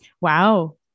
Wow